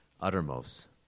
uttermost